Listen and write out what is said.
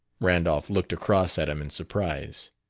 randolph looked across at him in surprise.